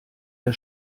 der